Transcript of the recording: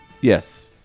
Yes